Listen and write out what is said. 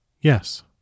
Yes